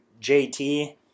JT